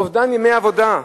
אובדן ימי עבודה,